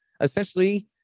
essentially